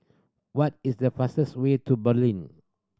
what is the fastest way to Berlin